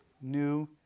New